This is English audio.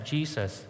Jesus